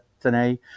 today